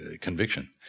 conviction